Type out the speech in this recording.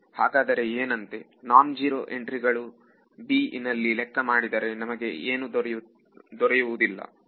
ಹಾಗಾದರೆ ಏನಂತೆ non zero ಎಂಟ್ರಿಗಳನ್ನು b ನಲ್ಲಿ ಲೆಕ್ಕ ಮಾಡಿದರೆ ನಮಗೆ ಏನು ದೊರೆಯುವುದಿಲ್ಲ